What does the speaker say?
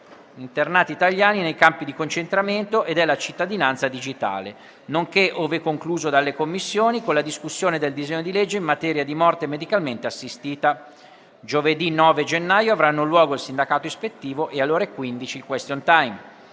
internati italiani nei campi di concentramento e della cittadinanza digitale, nonché, ove concluso dalle Commissioni, con la discussione del disegno di legge in materia di morte medicalmente assistita. Giovedì 9 gennaio avranno luogo il sindacato ispettivo e, alle ore 15, il *question time*.